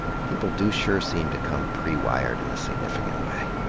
people do sure seem to come pre-wired in a significant way.